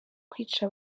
kwica